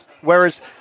Whereas